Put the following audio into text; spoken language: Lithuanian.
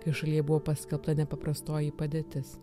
kai šalyje buvo paskelbta nepaprastoji padėtis